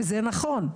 וזה נכון,